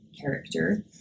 character